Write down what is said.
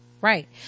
Right